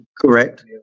Correct